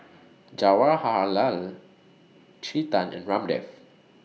Jawaharlal Chetan and Ramdev